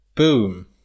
Boom